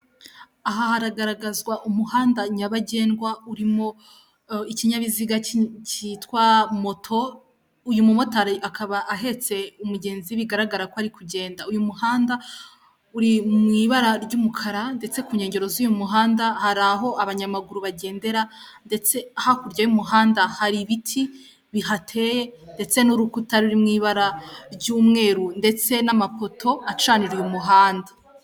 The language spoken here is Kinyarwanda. Aha haragaragazwa umuhanda nyabagendwa urimo ikinyabiziga cyitwa moto, uyu mumotari akaba ahetse umugenzi bigaragara ko ari kugenda. Uyu muhanda uri mu ibara ry'umukara ndetse ku nkengero z'uyu muhanda hari aho abanyamaguru bagendera ndetse hakurya y'umuhanda hari ibiti bihateye ndetse n'urukuta ruri mu ibara ry'umweru ndetse n'amapoto acaniriye umuhanda.